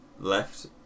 Left